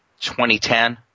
2010